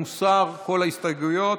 הוסרו כל ההסתייגויות.